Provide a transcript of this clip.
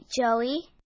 Joey